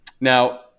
Now